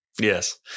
Yes